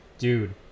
Dude